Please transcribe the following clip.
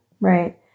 Right